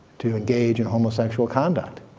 to engage in homosexual conduct.